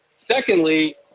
Secondly